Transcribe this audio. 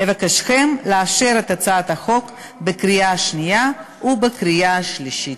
אבקשכם לאשר את הצעת החוק בקריאה שנייה ובקריאה שלישית.